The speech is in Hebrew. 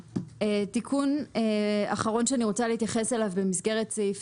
תיקון אחרון שאני רוצה להתייחס אליו במסגרת סעיף